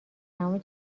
تمام